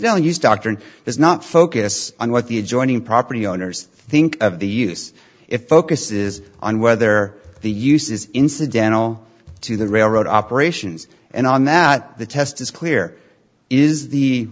insulin use doctrine does not focus on what the adjoining property owners think of the use it focuses on whether the use is incidental to the railroad operations and on that the test is clear is the